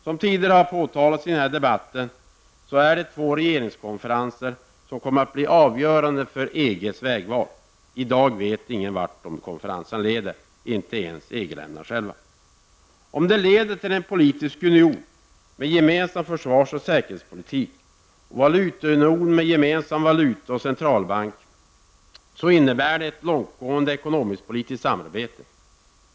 Som tidigare har påtalats i den här debatten är det två regeringskonferenser som kommer att bli avgörande för EGs vägval. I dag vet ingen vart dessa konferenser leder, inte ens EG länderna själva. Om de leder till en politisk union med gemensam försvars och säkerhetspolitik och valutaunion med gemensam valuta och centralbank, innebär det ett långtgående ekonomisk-politiskt samarbete.